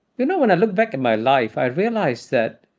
you know, when i look back at my life, i realize that,